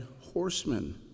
horsemen